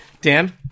Dan